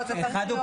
זה מה שאתם רוצים?